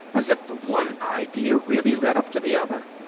as if the one idea really led up to the other.